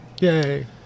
Yay